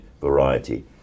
variety